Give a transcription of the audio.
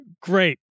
Great